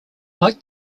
like